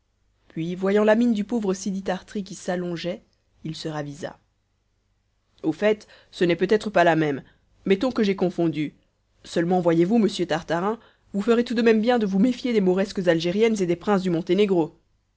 puis voyant la mine du pauvre sidi tart'ri qui s'allongeait il se ravisa au fait ce n'est peut-être pas la même mettons que j'ai confondu seulement voyez-vous monsieur tartarin vous ferez tout de même bien de vous méfier des mauresques algériennes et des princes du monténégro